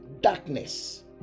darkness